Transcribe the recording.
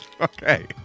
Okay